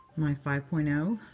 my five point zero,